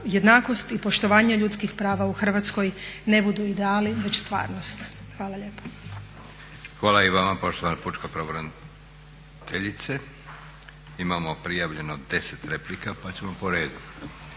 jednakost i poštovanje ljudskih prava u Hrvatskoj ne budu ideali već stvarnost. Hvala lijepa. **Leko, Josip (SDP)** Hvala i vama poštovana pučka pravobraniteljice. Imamo prijavljeno 10 replika pa ćemo po redu.